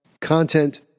content